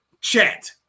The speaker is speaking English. chat